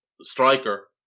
striker